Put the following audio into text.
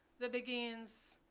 the beguines,